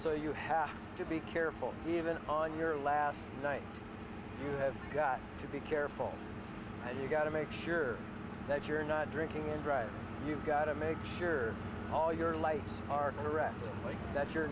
so you have to be careful even on your last night you have got to be careful and you've got to make sure that you're not drinking and driving you've got to make sure all your lights are correct that you're